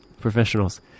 Professionals